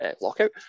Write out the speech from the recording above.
lockout